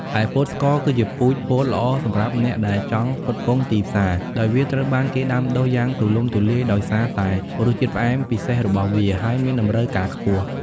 ឯពោតស្ករ គឺជាពូជពោតល្អសម្រាប់អ្នកដែលចង់ផ្គត់ផ្គង់ទីផ្សារ ដោយវាត្រូវបានគេដាំដុះយ៉ាងទូលំទូលាយដោយសារតែរសជាតិផ្អែមពិសេសរបស់វា ហើយមានតម្រូវការខ្ពស់។